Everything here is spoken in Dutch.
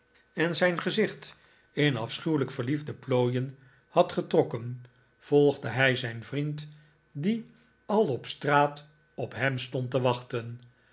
en zijn gezicht in afschuwelijk verliefde plooien had getrokken volgde hij nikolaas is verstrooid zijn vriend die al op straat op hem stond te wachten